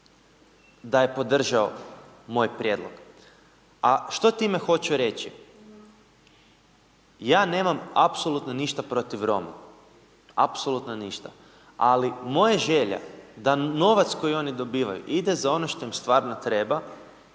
da je podržao moj prijedlog. A što time hoću reći? Ja nemam apsolutno ništa protiv Roma, apsolutno ništa, ali moja želja da novac koji oni dobivaju ide za ono što im stvarno treba,